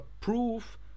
proof